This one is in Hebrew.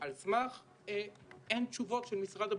על סמך אין תשובות של משרד הבריאות.